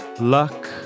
luck